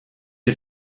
die